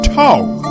talk